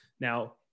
Now